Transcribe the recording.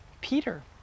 Peter